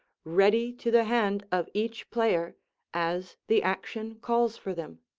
ready to the hand of each player as the action calls for them.